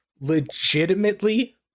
legitimately